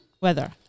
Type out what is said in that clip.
weather